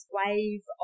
wave